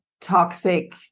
toxic